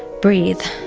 breathe.